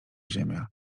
ziemia